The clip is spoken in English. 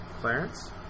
Clarence